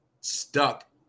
stuck